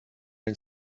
den